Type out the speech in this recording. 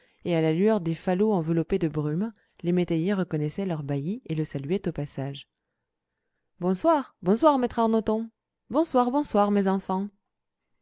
et à la lueur des falots enveloppés de brume les métayers reconnaissaient leur bailli et le saluaient au passage bonsoir bonsoir maître arnoton bonsoir bonsoir mes enfants